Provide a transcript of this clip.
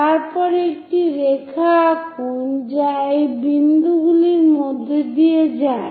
তারপর একটি রেখা আঁকুন যা এই বিন্দুগুলির মধ্য দিয়ে যায়